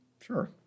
Sure